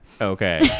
okay